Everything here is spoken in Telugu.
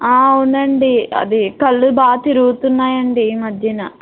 అవునండి అది కళ్ళు బాగా తిరుగుతున్నాయండి ఈ మధ్య